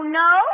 no